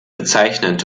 bezeichnend